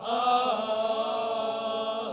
oh